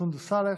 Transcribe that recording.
סונדוס סאלח,